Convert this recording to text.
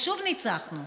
ושוב ניצחנו.